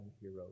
hero